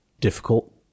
difficult